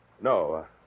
No